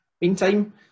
meantime